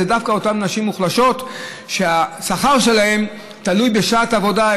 הן דווקא אותן נשים מוחלשות שהשכר שלהן תלוי בשעת עבודה.